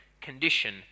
condition